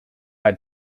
had